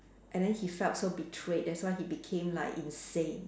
and then he felt so betrayed that's why he became like insane